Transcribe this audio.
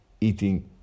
eating